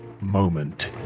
moment